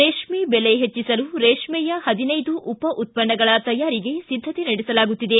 ರೇಷ್ಮ ಬೆಲೆ ಹೆಚ್ಚಿಸಲು ರೇಷ್ಮೆಯ ಹದಿನೈದು ಉಪ ಉತ್ಪನ್ನಗಳ ತಯಾರಿಗೆ ಸಿದ್ದತೆ ನಡೆಸಲಾಗುತ್ತಿದೆ